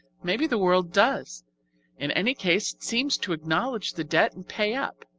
maybe the world does in any case, it seems to acknowledge the debt and pay up.